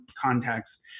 context